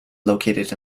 located